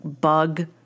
bug